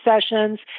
sessions